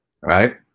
right